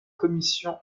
commission